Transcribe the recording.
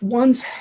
one's